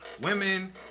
women